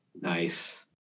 Nice